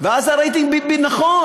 ואז הרייטינג היה ככה.